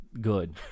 good